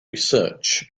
research